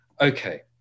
Okay